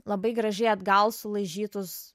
labai gražiai atgal sulaižytus